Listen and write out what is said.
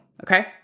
okay